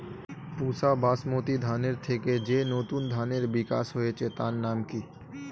পুসা বাসমতি ধানের থেকে যে নতুন ধানের বিকাশ হয়েছে তার নাম কি?